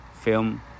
film